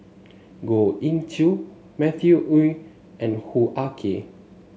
Goh Ee Choo Matthew Ngui and Hoo Ah Kay